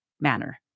manner